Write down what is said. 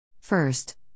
First